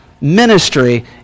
Ministry